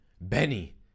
Benny